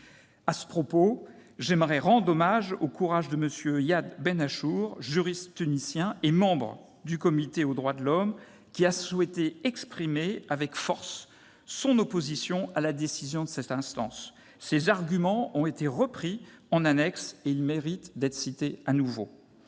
À ce propos, j'aimerais rendre hommage au courage de M. Yadh Ben Achour, juriste tunisien et membre du Comité aux droits de l'homme, qui a souhaité exprimer avec force son opposition à la décision de cette instance. C'est vrai ! Ses arguments ont été repris en annexe de la décision et méritent d'être cités de nouveau